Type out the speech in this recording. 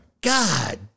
god